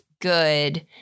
good